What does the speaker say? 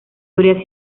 habría